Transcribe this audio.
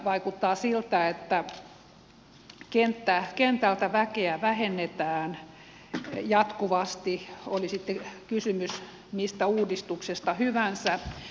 vaikuttaa siltä että kentältä väkeä vähennetään jatkuvasti oli sitten kysymys mistä uudistuksesta hyvänsä